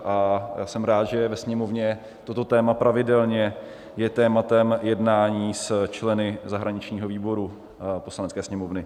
A jsem rád, že ve Sněmovně toto téma pravidelně je tématem jednání s členy zahraničního výboru Poslanecké sněmovny.